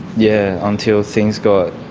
yeah until things got,